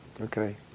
Okay